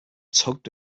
tugged